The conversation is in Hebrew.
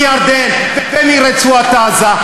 מירדן ומרצועת-עזה.